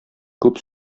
күп